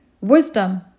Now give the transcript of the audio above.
wisdom